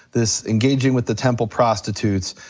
this engaging with the temple prostitutes,